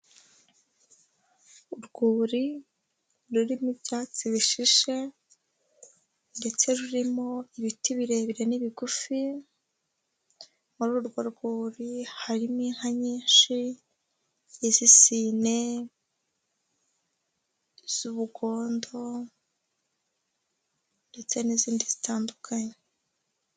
Urwuri rurimo ibyatsi bishishe ndetse rurimo ibiti birebire n'ibigufi, muri urwo rwuri harimo inka nyinshi, iz'isine, iz'ubugondo ndetse n'izindi zitandukanye.